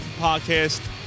podcast